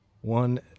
one